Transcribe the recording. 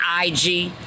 IG